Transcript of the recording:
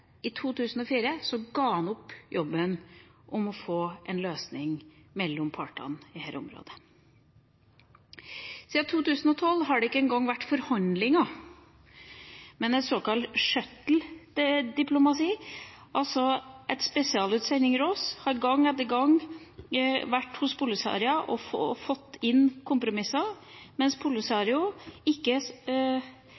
i 2004 opp jobben med å få til en løsning mellom partene på dette området. Siden 2012 har det ikke engang vært forhandlinger, men en såkalt «shuttle diplomacy»: Spesialutsendinger fra oss har gang på gang vært hos Polisario og fått inn kompromisser, mens